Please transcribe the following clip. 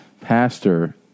pastor